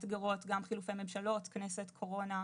מאתגרות, גם חילופי ממשלות, כנסת, קורונה,